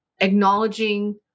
acknowledging